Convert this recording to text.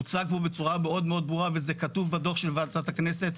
הוצג פה בצורה מאוד מאוד ברורה וזה כתוב בדוח של וועדת הכנסת,